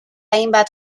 hainbat